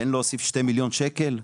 בין להוסיף 2 מיליון שקל.